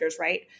right